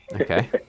okay